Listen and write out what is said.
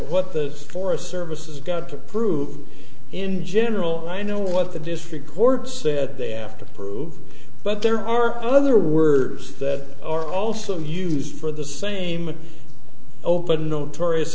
what the forest service has got to prove in general i know what the district court said they have to prove but there are other words that are also used for the same open notorious